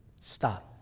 stop